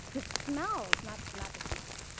the smells. not not the smells,